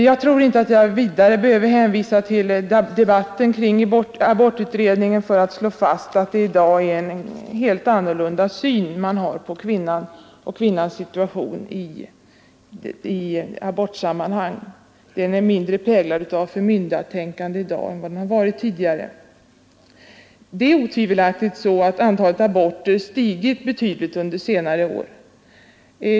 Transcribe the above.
Jag tror inte att jag behöver vidare hänvisa till debatten kring abortutredningen för att slå fast att man i dag har en helt annorlunda syn på kvinnan och kvinnans situation i abortsammanhang. Den är mindre präglad av förmyndartänkande och mer av social medvetenhet i dag än vad den varit tidigare. Nu har otvivelaktigt antalet aborter stigit betydligt under senare år.